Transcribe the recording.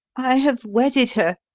i have wedded her,